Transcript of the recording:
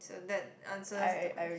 so that answers the ques~